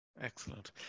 Excellent